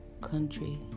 country